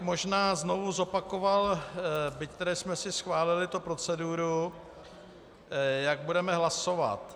Možná bych znovu zopakoval, byť jsme si schválili tu proceduru, jak budeme hlasovat.